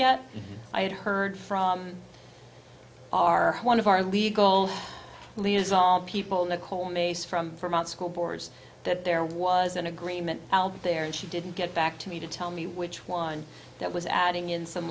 yet i had heard from our one of our legal leaders all people nicole mason from vermont school boards that there was an agreement i'll be there and she didn't get back to me to tell me which one that was adding in some